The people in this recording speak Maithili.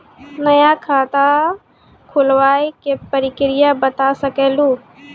नया खाता खुलवाए के प्रक्रिया बता सके लू?